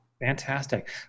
Fantastic